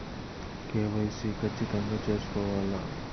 KYC ఖచ్చితంగా సేసుకోవాలా